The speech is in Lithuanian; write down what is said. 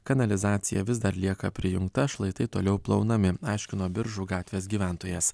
kanalizacija vis dar lieka prijungta šlaitai toliau plaunami aiškino biržų gatvės gyventojas